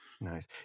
Nice